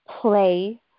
play